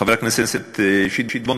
חבר הכנסת שטבון,